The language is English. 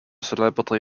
celebrity